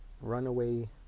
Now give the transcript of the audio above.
Runaway